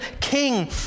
king